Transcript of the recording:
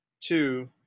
Two